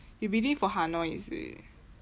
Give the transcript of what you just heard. you bidding for hai noi is it